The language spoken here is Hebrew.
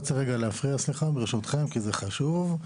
אני רוצה להפריע לרגע, כי זה חשוב.